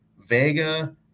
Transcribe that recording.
Vega